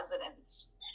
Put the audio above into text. residents